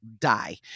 die